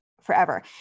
forever